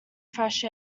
fresh